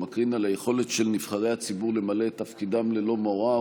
הוא מקרין על היכולת של נבחרי הציבור למלא את תפקידם ללא מורא.